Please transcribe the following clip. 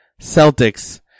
Celtics